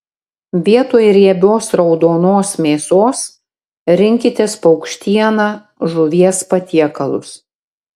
vietoj riebios raudonos mėsos rinkitės paukštieną žuvies patiekalus